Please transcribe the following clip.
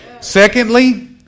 Secondly